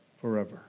forever